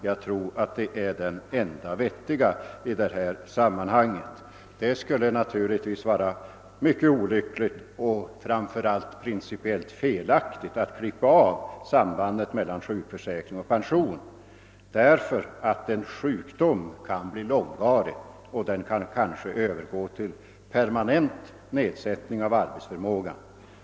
Jag tror att den är den enda riktiga i detta sammanhang. Det skulle naturligtvis vara mycket olyckligt och framför allt principiellt felaktigt att klippa av sambandet mellan sjukförsäkring och pension, ty en sjukdom kan bli långvarig och kan kanske övergå i en permanent nedsättning av arbetsförmågan.